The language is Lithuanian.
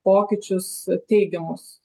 pokyčius teigiamus